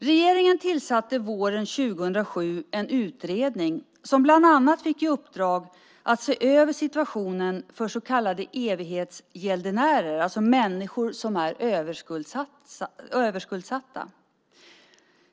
Regeringen tillsatte våren 2007 en utredning som bland annat fick i uppdrag att se över situationen för så kallade evighetsgäldenärer, det vill säga människor som är överskuldsatta.